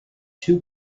two